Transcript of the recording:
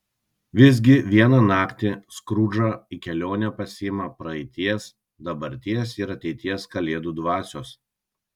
visgi vieną naktį skrudžą į kelionę pasiima praeities dabarties ir ateities kalėdų dvasios